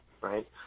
right